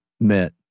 met